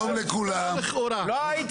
בלהט